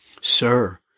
Sir